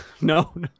no